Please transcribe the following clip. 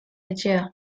etxea